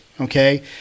Okay